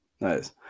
nice